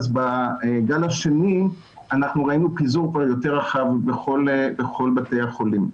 אז בגל השני ראינו פיזור כבר יותר רחב בכל בתי החולים.